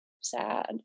sad